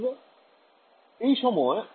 ছাত্র ছাত্রীঃ তত্ত্ব